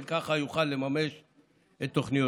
וככה יוכל לממש את תוכניותיו.